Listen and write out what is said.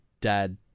dad